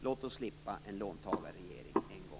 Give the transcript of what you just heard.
Låt oss slippa en låntagarregering en gång till!